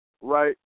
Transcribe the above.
Right